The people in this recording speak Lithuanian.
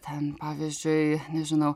ten pavyzdžiui nežinau